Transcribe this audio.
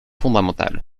fondamental